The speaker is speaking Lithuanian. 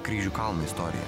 kryžių kalno istoriją